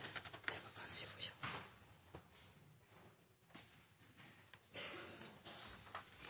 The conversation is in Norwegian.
det var